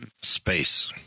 Space